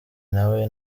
nawe